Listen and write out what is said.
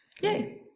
Yay